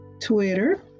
Twitter